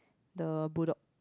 the bull dog